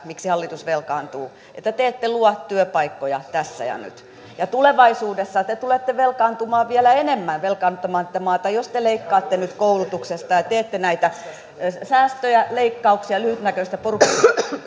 miksi hallitus velkaantuu on se että te ette luo työpaikkoja tässä ja nyt ja tulevaisuudessa te tulette velkaantumaan vielä enemmän velkaannuttamaan tätä maata jos te leikkaatte nyt koulutuksesta ja ja teette näitä säästöjä leikkauksia lyhytnäköistä